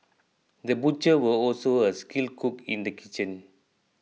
the butcher was also a skilled cook in the kitchen